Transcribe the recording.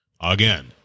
Again